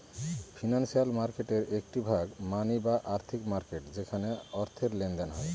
financial মার্কেটের একটি ভাগ মানি বা আর্থিক মার্কেট যেখানে অর্থের লেনদেন হয়